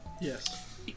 Yes